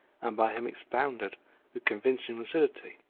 and by him expounded with convincing lucidity.